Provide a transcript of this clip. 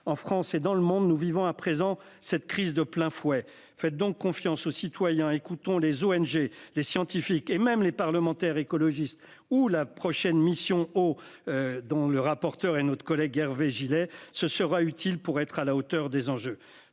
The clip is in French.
en France et dans le monde, nous vivons à présent cette crise de plein fouet. Faites donc confiance aux citoyens. Écoutons les ONG des scientifiques et même les parlementaires écologistes ou la prochaine mission au. Dans le rapporteur et notre collègue Hervé Gillet. Ce sera utile pour être à la hauteur des enjeux.